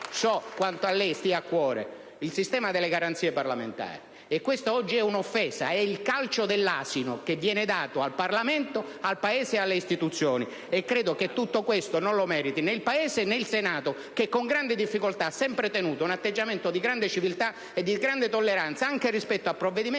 so quanto a lei stia a cuore il sistema delle garanzie parlamentari. Questa di oggi è un'offesa: è il calcio dell'asino che viene dato al Parlamento, al Paese e alle istituzioni, e credo che tutto questo non lo meriti né il Paese, né il Senato, che con grande difficoltà ha sempre tenuto un atteggiamento di grande civiltà e di grande tolleranza anche rispetto a provvedimenti